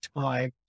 time